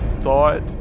thought